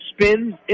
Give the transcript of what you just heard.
Spins